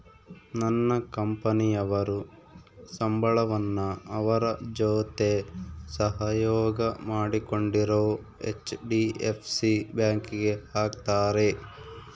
ನನ್ನ ಕಂಪನಿಯವರು ಸಂಬಳವನ್ನ ಅವರ ಜೊತೆ ಸಹಯೋಗ ಮಾಡಿಕೊಂಡಿರೊ ಹೆಚ್.ಡಿ.ಎಫ್.ಸಿ ಬ್ಯಾಂಕಿಗೆ ಹಾಕ್ತಾರೆ